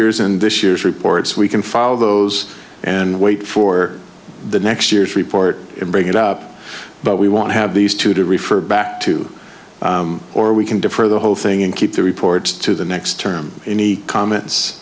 year's and this year's reports we can follow those and wait for the next year's report and bring it up but we want to have these two to refer back to or we can defer the whole thing and keep the report to the next term any comments